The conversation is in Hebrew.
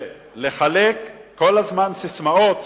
וכל הזמן ססמאות,